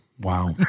Wow